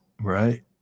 right